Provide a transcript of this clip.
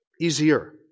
easier